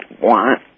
want